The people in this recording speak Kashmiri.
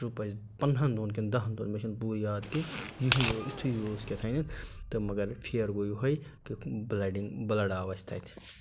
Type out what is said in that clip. ٹٕرپ اَسہِ پنٛدِہن دۄہن کِنہِ دَہن دۄہن مےٚ چھُنہٕ پوٗرٕ یاد کیٚنٛہہ یہِ ہو یِتھے اوس کیٚتانٮ۪تھ تہٕ مگر پھیٚرٕ گوٚو یِہے کیوںکہِ بٕلڈنِگ بِلڈ آو اَسہِ تَتہِ